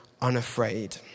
unafraid